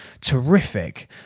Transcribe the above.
terrific